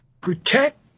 protect